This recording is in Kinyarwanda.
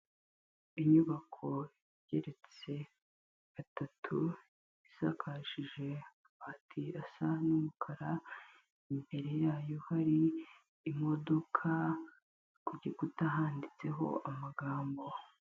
Inyubako igeretse gatatu, isakarishije amabati asa n'umukara, imbere yayo hari imodoka ku gikuta handitseho amagambo.